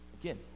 Again